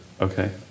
okay